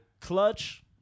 clutch